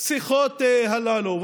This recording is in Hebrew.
לשיחות הללו,